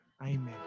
Amen